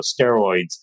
steroids